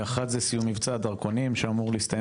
הראשונה סיום מבצע הדרכונים שאמור להסתיים